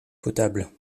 potable